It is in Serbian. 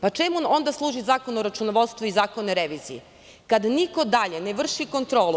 Pa čemu onda služi Zakon o računovodstvu i Zakon o reviziji kada niko dalje ne vrši kontrolu.